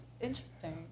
interesting